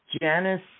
Janice